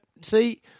see